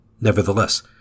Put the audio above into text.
Nevertheless